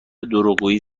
دروغگویی